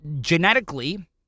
genetically